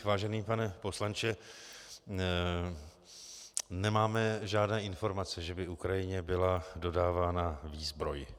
Vážený pane poslanče, nemáme žádné informace, že by Ukrajině byla dodávána výzbroj.